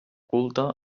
culte